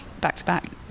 back-to-back